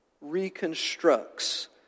reconstructs